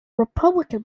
republican